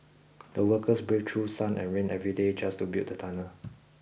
the workers braved through sun and rain every day just to build the tunnel